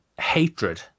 hatred